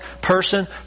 person